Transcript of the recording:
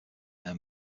earn